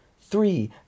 Three